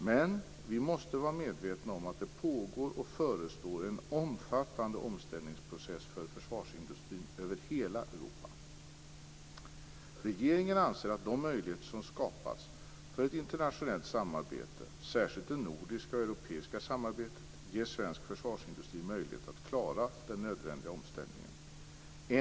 Men vi måste vara medvetna om att det pågår och förestår en omfattande omställningsprocess för försvarsindustrin över hela Europa. Regeringen anser att de möjligheter som skapats för ett internationellt samarbete, särskilt det nordiska och europeiska samarbetet, ger svensk försvarsindustri möjligheter att klara den nödvändiga omställningen.